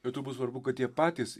bet turbūt svarbu kad jie patys